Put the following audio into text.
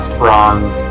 bronze